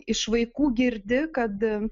iš vaikų girdi kad